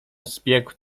zbiegł